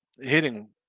hitting